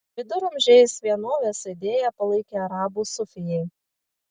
viduramžiais vienovės idėją palaikė arabų sufijai